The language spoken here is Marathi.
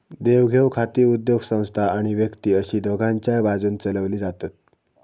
देवघेव खाती उद्योगसंस्था आणि व्यक्ती अशी दोघांच्याय बाजून चलवली जातत